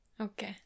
Okay